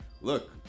look